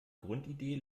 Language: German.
grundidee